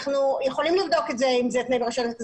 אנחנו יכולים לבדוק את זה אם זה תנאים לרישיון עסק.